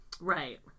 Right